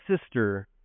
sister